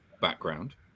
background